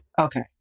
Okay